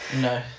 No